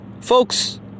folks